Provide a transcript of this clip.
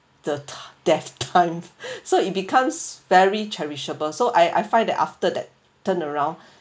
the th~ death time so it becomes very cherishable so I I find that after that turnaround